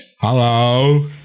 Hello